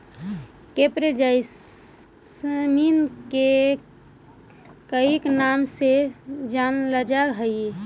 crepe jasmine के कईक नाम से जानलजा हइ